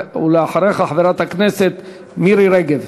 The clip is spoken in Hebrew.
חברת הכנסת מירי רגב.